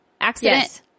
accident